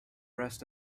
rest